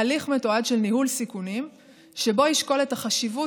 הליך מתועד של ניהול סיכונים שבו ישקול את החשיבות